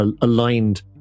aligned